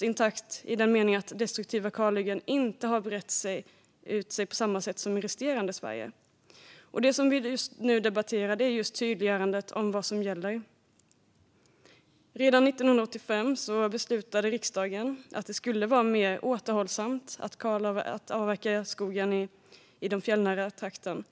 intakt i just den meningen att destruktiva kalhyggen inte har brett ut sig på samma sätt som i resterande Sverige. Det vi debatterar nu är just ett tydliggörande av vad som gäller. Redan 1985 beslutade riksdagen att skogsbruket skulle vara mer återhållsamt med avverkning i den fjällnära trakten.